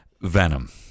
Venom